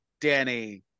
Danny